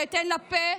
ואתן לה פה,